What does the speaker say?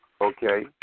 Okay